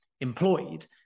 employed